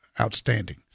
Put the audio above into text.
outstanding